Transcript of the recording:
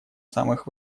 самых